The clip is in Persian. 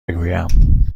بگویم